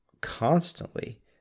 constantly